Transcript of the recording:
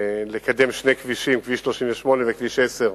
לקדם שני כבישים, כביש 38 וכביש 10,